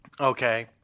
Okay